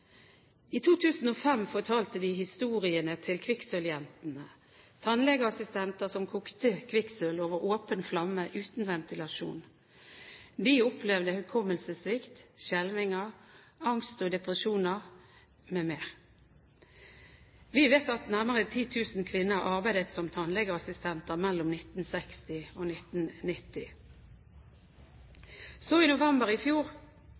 I 2005 fortalte de historiene til kvikksølvjentene – tannlegeassistenter som kokte kvikksølv over åpen flamme uten ventilasjon. De opplevde hukommelsessvikt, skjelvinger, angst og depresjoner m.m. Vi vet at nærmere 10 000 kvinner arbeidet som tannlegeassistent mellom 1960 og 1990. I november i fjor